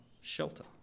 shelter